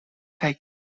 kaj